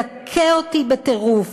מדכא אותי בטירוף.